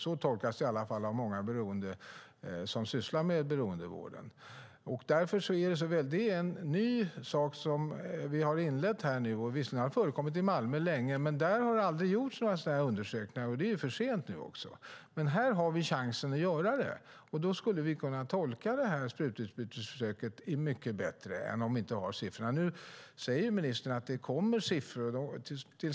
Så tolkas det i alla fall av många som sysslar med beroendevård. Det är en ny sak som vi har inlett här. Visserligen har det förekommit i Malmö länge, men där har det aldrig gjorts några sådana här undersökningar, och det är ju för sent nu. Men här har vi chansen att göra det. Då skulle vi kunna tolka sprututbytesförsöket mycket bättre än om vi inte har siffrorna. Nu säger ministern att det kommer siffror.